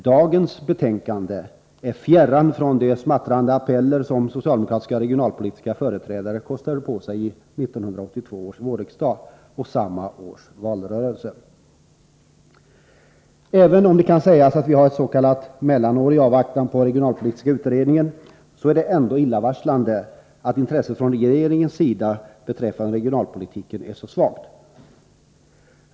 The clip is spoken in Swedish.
Dagens betänkande är fjärran från de smattrande appeller som socialdemokratiska regionalpolitiska företrädare kostade på sig i 1982 års vårriksdag och samma års valrörelse. Även om det kan sägas att vi upplever ett s.k. mellanår i avvaktan på den regionalpolitiska utredningen, är det ändå illavarslande att intresset från regeringens sida beträffande regionalpolitiken är så svagt.